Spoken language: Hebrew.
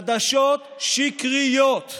חדשות שקריות,